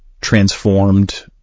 transformed